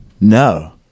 No